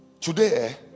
Today